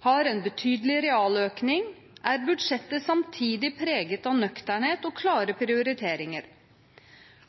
har en betydelig realøkning, er budsjettet samtidig preget av nøkternhet og klare prioriteringer.